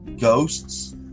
ghosts